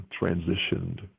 transitioned